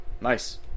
Nice